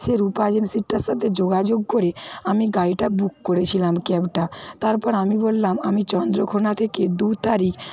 সেই রূপা এজেন্সিটার সাথে যোগাযোগ করে আমি গাড়িটা বুক করেছিলাম ক্যাবটা তারপর আমি বললাম আমি চন্দ্রকোনা থেকে দু তারিখ